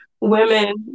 women